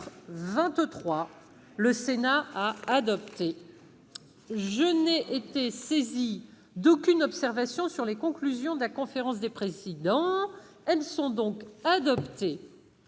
2019 est rejeté. Je n'ai été saisie d'aucune observation sur les conclusions de la conférence des présidents. Elles sont donc adoptées.